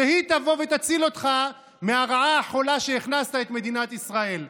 שהיא תבוא ותציל אותך מהרעה החולה שהכנסת אליה את מדינת ישראל,